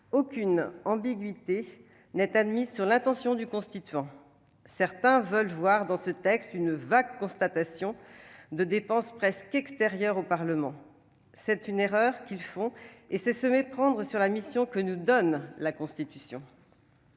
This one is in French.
aucune ambiguïté sur l'intention du constituant. Certains veulent voir dans ce texte une vague constatation de dépenses presque extérieures au Parlement. C'est une erreur et c'est se méprendre sur la mission que nous confie la Constitution.